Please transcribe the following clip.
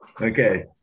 Okay